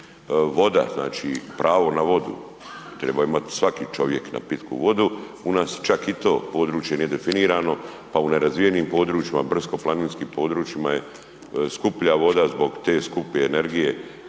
voda, znači pravo na vodu treba imati svaki čovjek na pitku vodu, u nas čak ni to područje nije definirano u nerazvijenim područjima, brdsko-planinskim područjima je skuplja voda zbog te skupe energije,